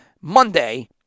Monday